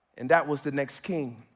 and that was the next king,